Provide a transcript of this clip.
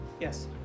Yes